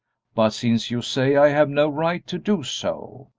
but since you say i have no right to do so,